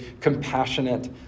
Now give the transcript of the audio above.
compassionate